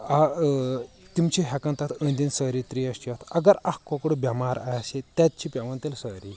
آ اۭ تِم چھِ ہیٚکان تتھ أنٛدۍ أنٛدۍ سٲری تریش چٮ۪تھ اگر اکھ کۄکُر بٮ۪مار آسہِ تتہِ چھِ پٮ۪وان تیٚلہِ سٲری